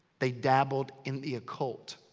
they dabbled in the occult.